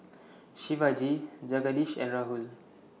Shivaji Jagadish and Rahul